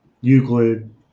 Euclid